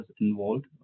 involved